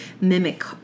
mimic